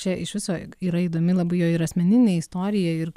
čia iš viso yra įdomi labai jo ir asmeninė istorija ir